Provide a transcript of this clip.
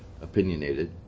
opinionated